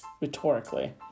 rhetorically